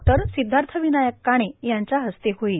र्शिद्वार्थावनायक काणे यांच्या हस्ते होईल